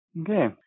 Okay